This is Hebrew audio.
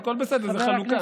הכול בסדר, זאת חלוקה.